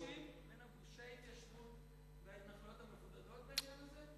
מבחין בין גושי ההתיישבות וההתנחלויות המבודדות בעניין הזה?